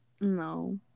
No